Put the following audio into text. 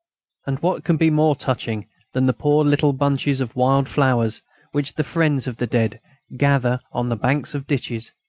and what can be more touching than the poor little bunches of wild flowers which the friends of the dead gather on the banks of ditches,